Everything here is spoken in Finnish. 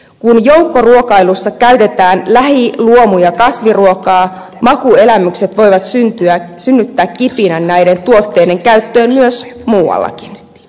kun joukkoruokailussa käytetään lähi luomu ja kasviruokaa makuelämykset voivat synnyttää kipinän näiden tuotteiden käyttöön myös muuallakin